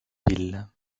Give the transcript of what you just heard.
ville